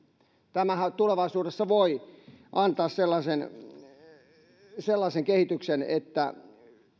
tämähän tulevaisuudessa voi antaa sellaisen sellaisen kehityksen että